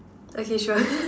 okay sure